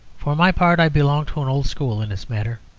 for my part, i belong to an old school in this matter.